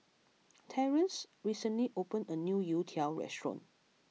Terrence recently opened a new Youtiao restaurant